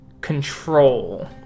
control